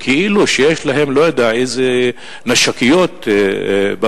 כאילו יש להם, לא יודע, איזה נשקיות בבית.